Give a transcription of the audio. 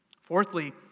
Fourthly